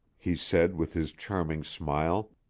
he said with his charming smile,